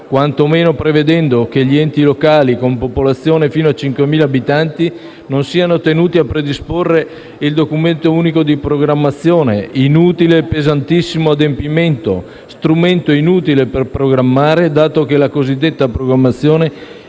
quantomeno prevedendo che gli enti locali con popolazione fino a 5.000 abitanti non siano tenuti a predisporre il Documento unico di programmazione, pesantissimo adempimento: strumento inutile per programmare, dato che la cosiddetta programmazione